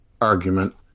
argument